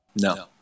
no